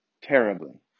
terribly